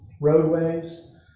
roadways